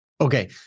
Okay